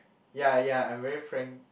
ya ya I'm very frank